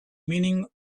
meaning